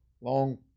long